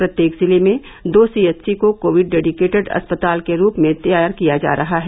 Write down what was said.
प्रत्येक जिले में दो सीएचसी को कोविड डेडिकेटेड अस्पताल के रूप में तैयार किया जा रहा है